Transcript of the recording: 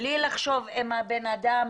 בלי לחשוב אם הבן אדם